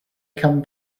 come